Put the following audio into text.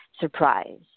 surprise